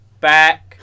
Back